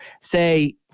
Say